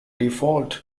default